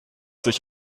sich